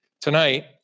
Tonight